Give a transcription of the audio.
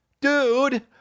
dude